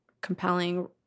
compelling